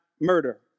murder